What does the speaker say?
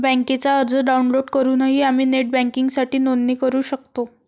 बँकेचा अर्ज डाउनलोड करूनही आम्ही नेट बँकिंगसाठी नोंदणी करू शकतो